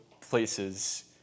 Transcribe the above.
places